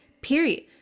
period